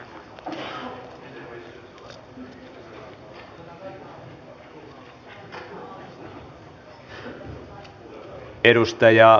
arvoisa puhemies